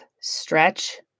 stretch